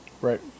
Right